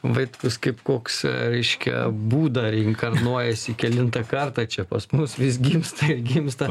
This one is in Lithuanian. vaitkus kaip koks reiškia buda reinkarnuojasi kelintą kartą čia pas mus vis gimsta ir gimsta